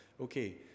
Okay